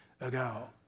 ago